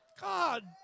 God